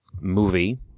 movie